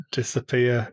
disappear